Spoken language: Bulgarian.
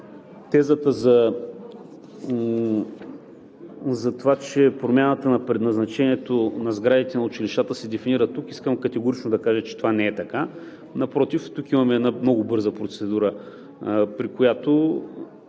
на тезата, че промяната на предназначението на сградите на училищата се дефинира тук, искам категорично да кажа, че това не е така. Напротив, тук имаме една много бърза процедура, при която